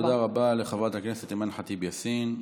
תודה רבה לחברת הכנסת אימאן ח'טיב יאסין.